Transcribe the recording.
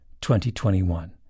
2021